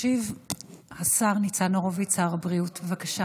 ישיב השר ניצן הורוביץ, שר הבריאות, בבקשה.